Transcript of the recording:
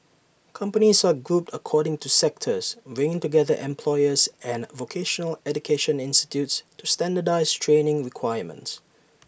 companies are grouped according to sectors bringing together employers and vocational education institutes to standardise training requirements